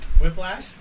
Whiplash